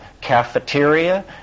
cafeteria